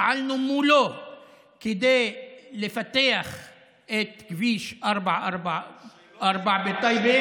פעלנו מולו כדי לפתח את כביש 444 בטייבה.